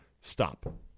Stop